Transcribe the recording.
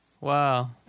Wow